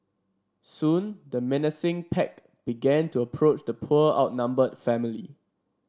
soon the menacing pack began to approach the poor outnumbered family